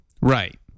Right